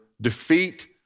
defeat